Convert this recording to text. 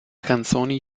canzoni